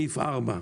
דבר רביעי,